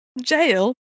Jail